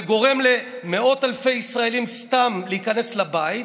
זה גורם למאות אלפי ישראלים סתם להיכנס לבית,